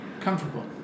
comfortable